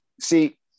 See